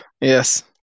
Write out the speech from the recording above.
Yes